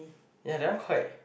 yeah that are quite